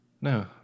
No